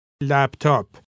Laptop